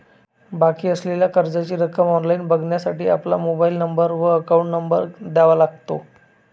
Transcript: बाकी असलेल्या कर्जाची रक्कम ऑनलाइन बघण्यासाठी आपला मोबाइल नंबर व अकाउंट नंबर द्यावा लागतो